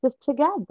together